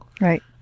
Right